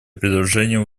предложение